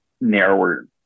narrower